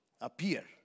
appear